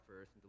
first